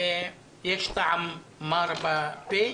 יש טעם מר בפה.